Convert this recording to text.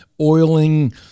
oiling